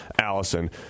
Allison